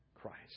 Christ